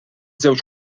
żewġ